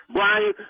Brian